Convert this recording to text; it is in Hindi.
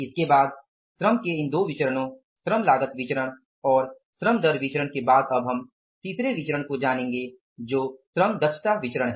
इसके बाद श्रम के इन दो विचरणो श्रम लागत विचरण और श्रम दर विचरण के बाद अब हम तीसरे विचरण को जानेंगे जो श्रम दक्षता विचरण है